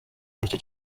igice